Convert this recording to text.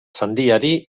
sandiari